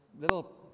little